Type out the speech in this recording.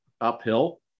uphill